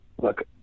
look